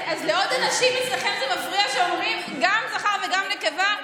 אז לעוד אנשים אצלכם זה מפריע שאומרים גם זכר וגם נקבה?